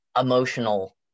emotional